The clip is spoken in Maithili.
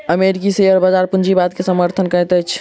अमेरिकी शेयर बजार पूंजीवाद के समर्थन करैत अछि